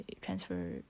transfer